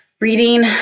reading